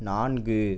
நான்கு